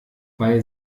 weil